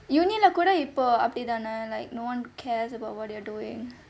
university leh கூட இப்ப அப்படித்தான:kooda ippa appadithaanae like no one cares about what you're doing